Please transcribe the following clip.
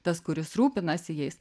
tas kuris rūpinasi jais